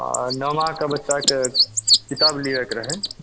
नौमाके बच्चाके किताब लीअ के रहै